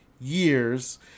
years